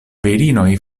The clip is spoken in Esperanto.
virinoj